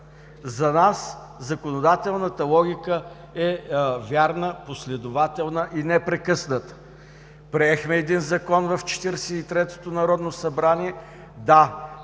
За нас законодателната логика е вярна, последователна и непрекъсната. Приехме един Закон в 43-тото Народно събрание – да,